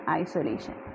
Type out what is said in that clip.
isolation